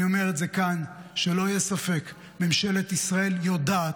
אני אומר כאן, שלא יהיה ספק: ממשלת ישראל יודעת,